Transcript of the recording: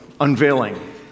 unveiling